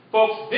Folks